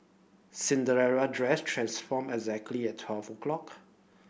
Cinderella dress transformed exactly at twelve o' clock